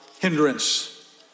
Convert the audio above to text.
hindrance